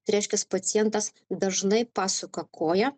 tai reiškias pacientas dažnai pasuka koją